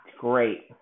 great